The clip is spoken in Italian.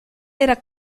era